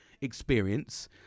experience